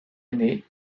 année